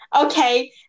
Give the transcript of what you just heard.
Okay